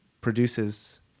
produces